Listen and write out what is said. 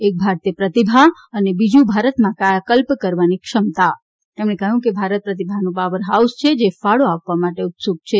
એક ભારતીય પ્રતિભા અને બીજું ભારતમાં કાયાકલ્પ કરવાની ક્ષમતા તેમણે કહ્યું કે ભારત પ્રતિભાનું પાવર હાઉસ છે જે ફાળો આપવા માટે ઉત્સુક છે